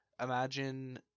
imagine